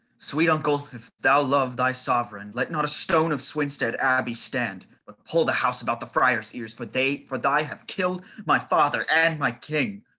sweet uncle, if thou love thy sovereign, let not a stone of swinstead abbey stand, but pull the house about the friars' ears for they for they have killed my father and my king.